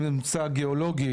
אם זה ממצא גיאולוגי,